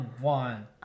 one